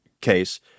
case